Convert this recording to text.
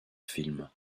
films